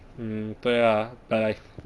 mm 对啊 but like